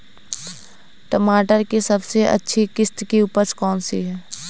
टमाटर की सबसे अच्छी किश्त की उपज कौन सी है?